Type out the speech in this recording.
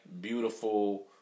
beautiful